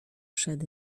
przed